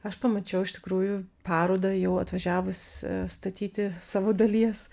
aš pamačiau iš tikrųjų parodą jau atvažiavus statyti savo dalies